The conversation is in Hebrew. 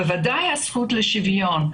בוודאי שיש זכות לשוויון".